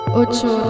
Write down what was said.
ocho